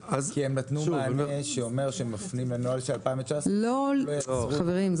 כי הם נתנו מענה שאומר שמפנים לנוהל של 2019. חברים,